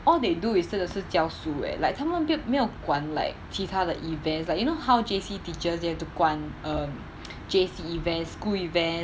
all they do is 真的是教书 eh like 他们没没有管 like 其他的 events like you know how J_C teacher they have to 管 um J_C events school events